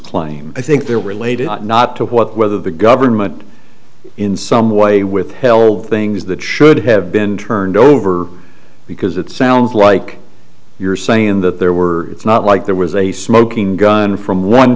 claim i think they're related not to whether the government in some way withheld things that should have been turned over because it sounds like you're saying that there were it's not like there was a smoking gun from one